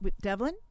Devlin